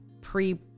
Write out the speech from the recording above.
pre